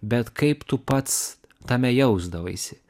bet kaip tu pats tame jausdavaisi